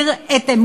שסותמת פיות,